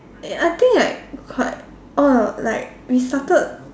uh I think like quite orh like we started